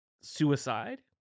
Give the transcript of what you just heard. suicide